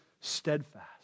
steadfast